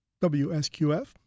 WSQF